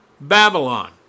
Babylon